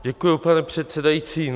Děkuji, pane předsedající.